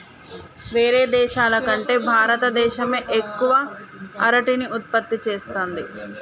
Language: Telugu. వేరే దేశాల కంటే భారత దేశమే ఎక్కువ అరటిని ఉత్పత్తి చేస్తంది